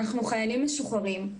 אנחנו חיילים משוחררים,